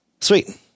Sweet